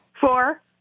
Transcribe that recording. Four